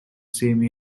same